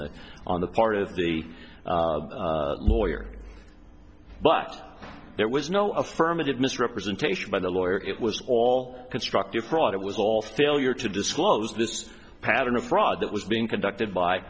the on the part of the lawyer but there was no affirmative miss representation by the lawyer it was all constructed fraud it was all failure to disclose this pattern of fraud that was being conducted by